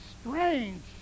strange